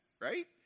Right